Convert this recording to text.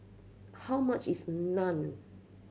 how much is Naan